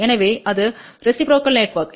எனவே அது reciprocal network